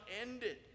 ended